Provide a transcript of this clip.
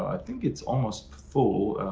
i think it's almost full.